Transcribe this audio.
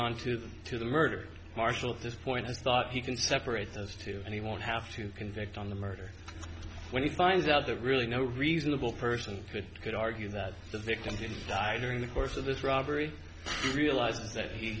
onto to the murder marshal at this point is thought he can separate those two and he won't have to convict on the murder when he finds out that really no reasonable person would could argue that the victim did die during the course of this robbery realize that he